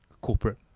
corporate